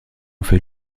fait